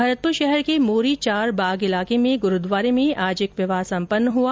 भरतपुर शहर के मोरी चार बाग इलाके में गुरूद्वारे में आज एक विवाह संपन्न हुआ